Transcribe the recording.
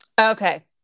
Okay